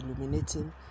illuminating